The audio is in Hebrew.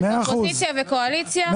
אופוזיציה וקואליציה.